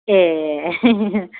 ए